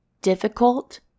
difficult